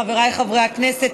חבריי חברי הכנסת,